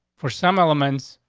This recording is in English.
for some elements,